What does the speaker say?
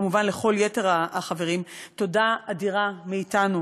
וכמובן כל יתר החברים: תודה אדירה מאתנו